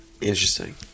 Interesting